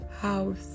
house